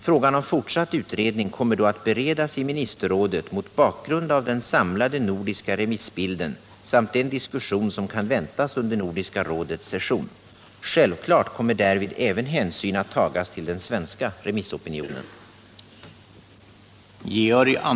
Frågan om fortsatt utredning kommer då att beredas i ministerrådet mot bakgrund av den samlade nordiska remissbilden samt den diskussion som kan väntas under Nordiska rådets session. Självklart kommer därvid även hänsyn att tagas till den svenska remissopinionen.